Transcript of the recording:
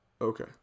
okay